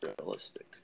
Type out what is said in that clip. Realistic